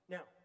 Now